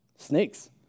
snakes